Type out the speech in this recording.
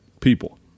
people